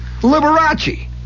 Liberace